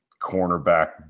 cornerback